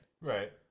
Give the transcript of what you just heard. Right